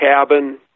cabin